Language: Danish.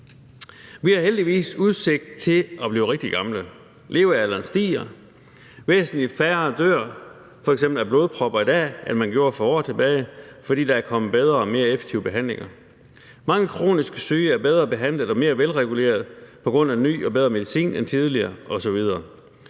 Vi har heldigvis udsigt til at blive rigtig gamle. Levealderen stiger. Væsentlig færre dør af f.eks. blodpropper i dag, end man gjorde for år tilbage, fordi der er kommet bedre og mere effektive behandlinger, og mange kronisk syge er bedre behandlede og mere velregulerede på grund af ny og bedre medicin end tidligere osv.